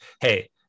Hey